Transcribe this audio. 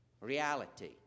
reality